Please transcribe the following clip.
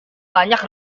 banyak